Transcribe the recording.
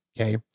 Okay